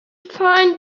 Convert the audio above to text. find